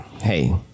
hey